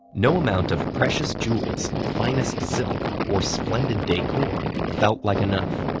no amount of precious jewels, finest silk or splendid decor felt like enough.